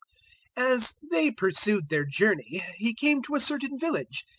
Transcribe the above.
as they pursued their journey he came to a certain village,